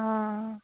অঁ